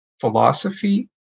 philosophy